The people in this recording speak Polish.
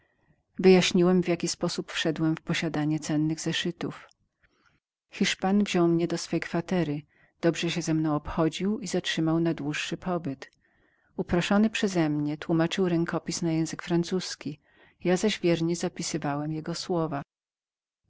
wyjaśniłem w jaki sposób wszedłem w posiadanie cennych zeszytów hiszpan wziął mnie do swej kwatery dobrze się ze mną obchodził i zatrzymał na dłuższy pobyt uproszony przeze mnie tłumaczył rękopis na język francuski ja zaś wiernie zapisywałem jego słowa